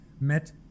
met